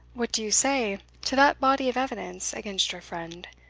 what do you say to that body of evidence against your friend?